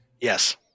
Yes